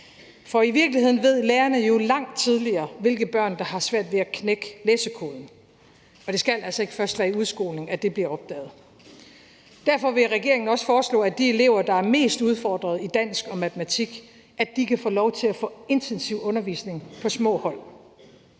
for i virkeligheden ved lærerne jo langt tidligere, hvilke børn der har svært ved at knække læsekoden, og det skal altså ikke først være i udskolingen, at det bliver opdaget. Derfor vil regeringen også foreslå, at de elever, som er mest udfordret i dansk og matematik, kan få lov til at få intensiv undervisning på små hold.